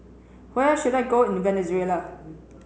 where should I go in Venezuela